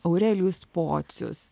aurelijus pocius